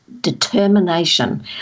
determination